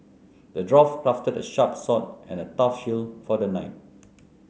the dwarf crafted a sharp sword and a tough shield for the knight